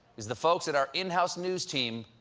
is the folks at our in-house news team,